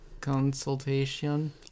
consultation